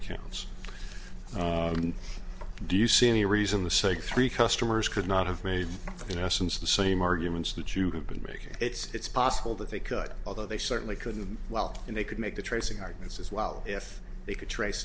accounts do you see any reason the say three customers could not have made in essence the same arguments that you have been making it's possible that they cut although they certainly couldn't well and they could make the tracing arguments as well if they could trace